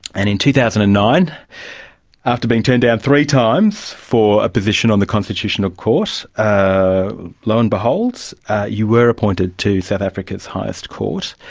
and in two thousand and nine after being turned down three times for a position on the constitutional court, ah lo and behold you were appointed to south africa's highest court.